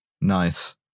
Nice